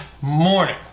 morning